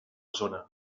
zona